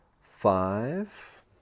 five